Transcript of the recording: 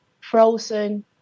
frozen